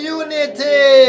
unity